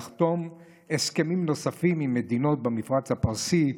לחתום הסכמים נוספים עם מדינות במפרץ הפרסי: